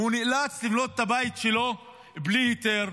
והוא נאלץ לבנות את הבית שלו בלי היתר.